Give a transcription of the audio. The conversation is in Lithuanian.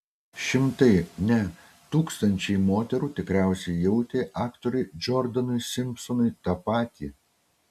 šimtai ne tūkstančiai moterų tikriausiai jautė aktoriui džordanui simpsonui tą patį